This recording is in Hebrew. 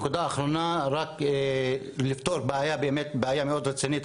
רק נקודה אחרונה רק לפתור באמת בעיה מאוד רצינית,